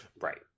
Right